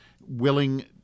willing